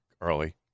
early